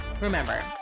Remember